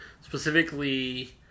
specifically